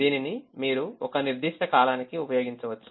దీనిని మీరు ఒక నిర్దిష్ట కాలానికి ఉపయోగించవచ్చు